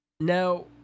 Now